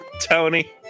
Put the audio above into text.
tony